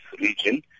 region